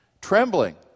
Trembling